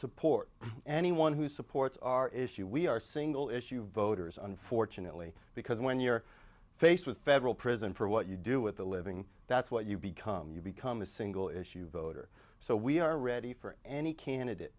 support any one who supports our issue we are single issue voters unfortunately because when you're faced with federal prison for what you do with a living that's what you become you become a single issue voter so we are ready for any candidate